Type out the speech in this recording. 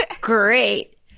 great